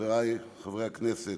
חברי חברי הכנסת,